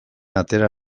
atera